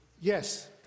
yes